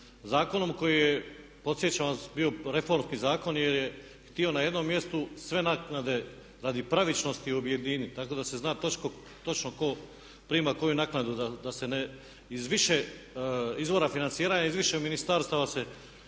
zakonom koji je, podsjećam vas bio reformski zakon jer je htio na jednom mjestu sve naknade radi pravičnosti objediniti, tako da se zna točno tko prima koju naknadu da se ne iz više izvora financira, iz više ministarstava se dobivalo